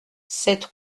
cette